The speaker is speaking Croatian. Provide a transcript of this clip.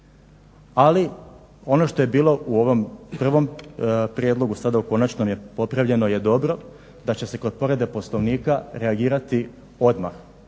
Ali ono što je bilo u ovom prvom prijedlogu sada u konačnom je popravljeno je dobro, da će se kod povrede Poslovnika reagirati odmah,